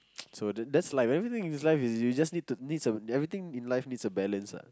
so that's life everything in life is just you need to need some everything in life needs a balance lah